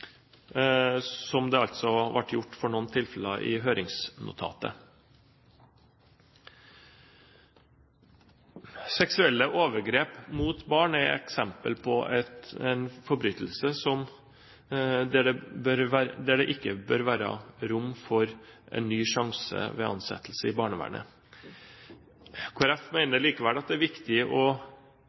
slik det altså ble gjort for noen tilfeller i høringsnotatet. Seksuelle overgrep mot barn er eksempel på en forbrytelse der det ikke bør være rom for en ny sjanse ved ansettelse i barnevernet. Kristelig Folkeparti mener likevel at det er viktig å